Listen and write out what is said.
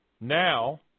Now